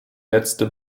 letzte